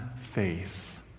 faith